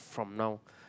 from now